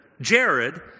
Jared